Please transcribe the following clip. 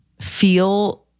feel